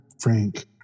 Frank